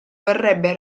verrebbe